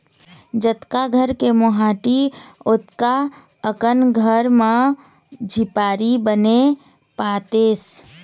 जतका घर के मोहाटी ओतका अकन घर म झिपारी बने पातेस